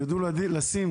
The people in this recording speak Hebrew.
וידעו לשים